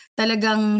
talagang